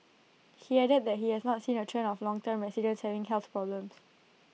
he added that he has not seen A trend of longtime residents having health problems